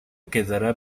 quedará